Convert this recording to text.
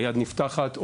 היד נפתחת,